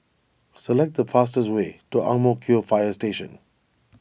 select the fastest way to Ang Mo Kio Fire Station